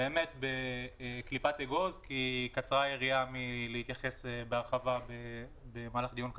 בקליפת אגוז כי קצרה היריעה מלהתייחס בהרחבה במהלך דיון כזה.